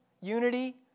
unity